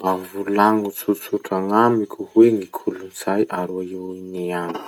Mba volagno tsotsotra gn'amiko hoe gny kolotsay a Royaux uni agny?